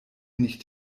nicht